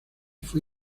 fue